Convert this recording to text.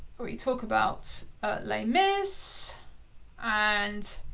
we talk about les mis' and